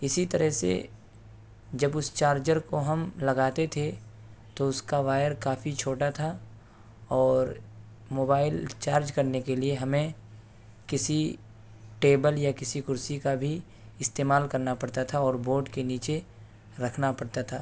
اسی طرح سے جب اس چارجر کو ہم لگاتے تھے تو اس کا وائر کافی چھوٹا تھا اور موبائل چارج کرنے کے لیے ہمیں کسی ٹیبل یا کسی کرسی کا بھی استعمال کرنا پڑتا تھا اور بورڈ کے نیچے رکھنا پڑتا تھا